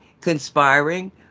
conspiring